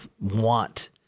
want